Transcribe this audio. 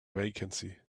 vacancy